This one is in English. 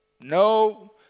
no